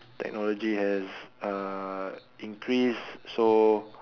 technology has uh increased so